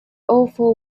awful